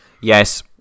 Yes